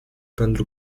pentru